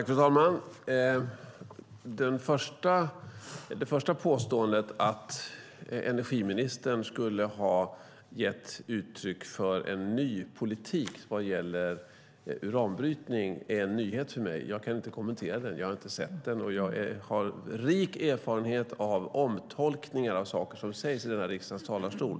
Fru talman! Det första påståendet, om att energiministern skulle ha gett uttryck för en ny politik vad gäller uranbrytning, är en nyhet för mig. Jag kan inte kommentera detta. Jag har inte sett påståendet, och jag har rik erfarenhet av omtolkningar av saker som sägs i denna riksdags talarstol.